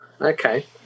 Okay